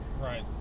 Right